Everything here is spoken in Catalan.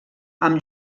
amb